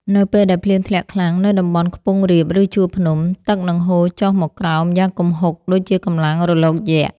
នៅពេលដែលភ្លៀងធ្លាក់ខ្លាំងនៅតំបន់ខ្ពង់រាប ឬជួរភ្នំ ទឹកនឹងហូរចុះមកក្រោមយ៉ាងគំហុកដូចជាកម្លាំងរលកយក្ស។